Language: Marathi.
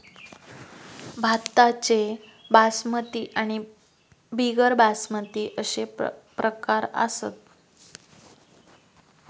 भाताचे बासमती आणि बिगर बासमती अशे प्रकार असत